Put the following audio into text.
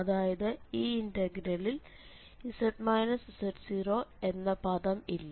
അതായത് ഈ ഇന്റഗ്രലിൽ എന്ന പദം ഇല്ല